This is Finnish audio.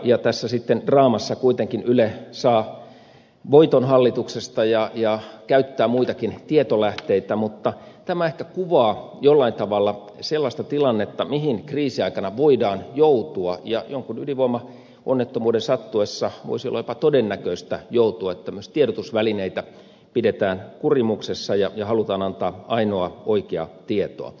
tässä draamassa sitten yle kuitenkin saa voiton hallituksesta ja käyttää muitakin tietolähteitä mutta tämä ehkä kuvaa jollain tavalla sellaista tilannetta mihin kriisiaikana voidaan joutua ja jonkun ydinvoimaonnettomuuden sattuessa voisi olla jopa todennäköistä joutua että tiedotusvälineitä pidetään kurimuksessa ja halutaan antaa ainoaa oikeaa tietoa